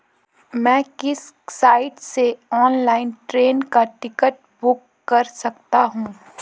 मैं किस साइट से ऑनलाइन ट्रेन का टिकट बुक कर सकता हूँ?